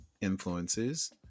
influences